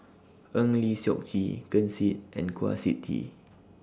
Eng Lee Seok Chee Ken Seet and Kwa Siew Tee